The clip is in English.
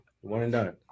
One-and-done